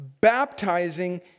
baptizing